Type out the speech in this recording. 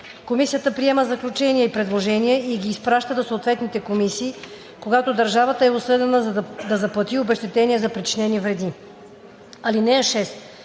Комисията приема заключения и предложения и ги изпраща до съответните комисии, когато държавата е осъдена да заплати обезщетение за причинени вреди. (6)